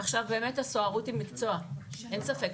עכשיו, באמת הסוהרות היא מקצוע, אין ספק.